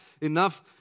enough